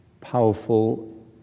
powerful